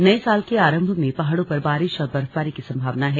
नये साल के आरंभ में पहाड़ों पर बारिश और बर्फबारी की संभावना है